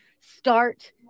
start